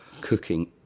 cooking